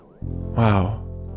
Wow